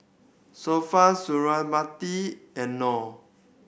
Sofea Suriawati and Nor